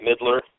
Midler